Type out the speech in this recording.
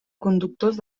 conductors